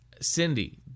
Cindy